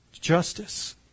justice